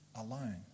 alone